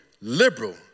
liberal